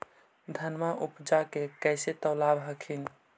धनमा उपजाके कैसे तौलब हखिन?